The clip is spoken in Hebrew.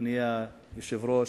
אדוני היושב-ראש,